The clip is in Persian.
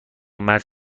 مرد